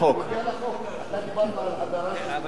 אתה דיברת על הדרה של ציבורים.